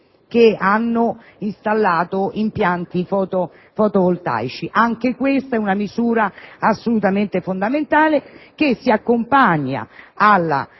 che hanno installato impianti fotovoltaici. Anche questa è una misura importante, che si accompagna alla